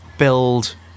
build